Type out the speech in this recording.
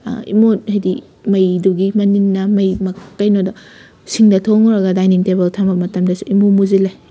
ꯏꯃꯣꯠ ꯍꯥꯏꯗꯤ ꯃꯩꯗꯨꯒꯤ ꯃꯅꯤꯜꯅ ꯃꯩ ꯀꯩꯅꯣꯗ ꯁꯤꯡꯗ ꯊꯣꯡꯉꯨꯔꯒ ꯗꯥꯏꯅꯤꯡ ꯇꯦꯕꯜ ꯊꯝꯕ ꯃꯇꯃꯗꯁꯨ ꯏꯃꯨꯡ ꯃꯨꯁꯤꯜꯂꯦ